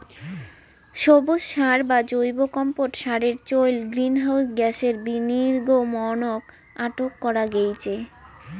সবুজ সার বা জৈব কম্পোট সারের চইল গ্রীনহাউস গ্যাসের বিনির্গমনক আটক করা গেইচে